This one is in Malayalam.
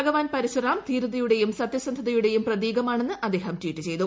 ഭഗവാൻ പരശുറാം ധീരതയുടേയും സത്യസന്ധതയുടെയും പ്രതീകമാണെന്ന് അദ്ദേഹം ട്വീറ്റ് ചെയ്തു